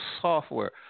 software